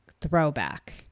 throwback